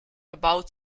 about